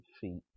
feet